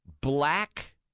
black